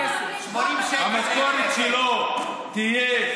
מתי זה יהיה?